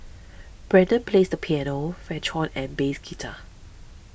Brendan plays the piano French horn and bass guitar